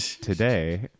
today